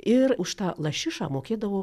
ir už tą lašišą mokėdavo